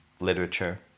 literature